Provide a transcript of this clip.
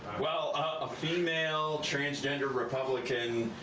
well, a female transgender republican